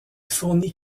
fournit